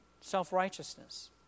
self-righteousness